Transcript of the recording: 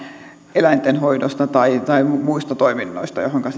eläintenhoidosta tai tai muista toiminnoista joihinka